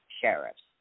sheriffs